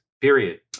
Period